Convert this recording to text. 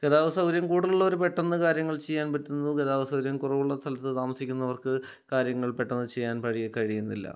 ഗതാഗത സൗകര്യം കൂടുലുള്ളോർ പെട്ടെന്ന് കാര്യങ്ങൾ ചെയ്യാൻ പറ്റുന്നു ഗതാഗത സൗകര്യം കുറവുള്ള സ്ഥലത്ത് താമസിക്കുന്നവർക്ക് കാര്യങ്ങൾ പെട്ടെന്ന് ചെയ്യാൻ പഴി കഴിയുന്നില്ല